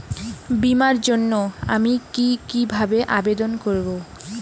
বিমার জন্য আমি কি কিভাবে আবেদন করব?